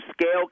scale